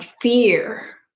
fear